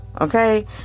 Okay